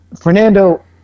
Fernando